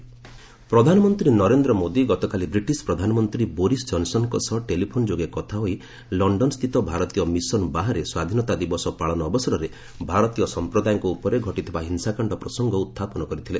PM Modi UK ପ୍ରଧାନମନ୍ତ୍ରୀ ନରେନ୍ଦ୍ର ମୋଦି ଗତକାଲି British ପ୍ରଧାନମନ୍ତ୍ରୀ ବୋରିସ୍ ଜନ୍ସନ୍ଙ୍କ ସହ ଟେଲିଫୋନ୍ ଯୋଗେ କଥା ହୋଇ ଲଣ୍ଡନସ୍ଥିତ ଭାରରତୀୟ ମିଶନ ବାହାରେ ସ୍ୱାଧୀନତା ଦିବସ ପାଳନ ଅବସରରେ ଭାରତୀୟ ସଂପ୍ରଦାୟଙ୍କ ଉପରେ ଘଟିଥିବା ହିଂସାକାଣ୍ଡ ପ୍ରସଙ୍ଗ ଉତ୍ଥାପନ କରିଥିଲେ